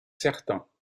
certain